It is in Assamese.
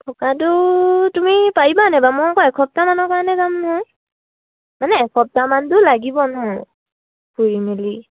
থকাটো তুমি পাৰিবা মই আকৌ এসপ্তাহমানৰ কাৰণে যাম নহয় মানে এসপ্তাহমানতো লাগিব ন ফুৰি মেলি